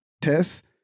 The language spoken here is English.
test